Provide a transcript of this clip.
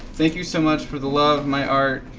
thank you so much for the love, my art,